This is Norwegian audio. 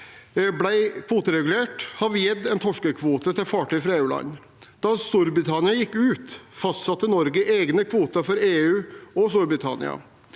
ble kvoteregulert, har vi gitt en torskekvote til fartøy fra EU-land. Da Storbritannia gikk ut, fastsatte Norge egne kvoter for EU og Storbritannia.